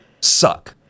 suck